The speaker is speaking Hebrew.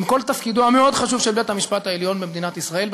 עם כל תפקידו המאוד-חשוב של בית-המשפט העליון במדינת ישראל,